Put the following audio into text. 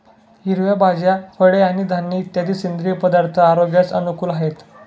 हिरव्या भाज्या, फळे आणि धान्य इत्यादी सेंद्रिय पदार्थ आरोग्यास अनुकूल आहेत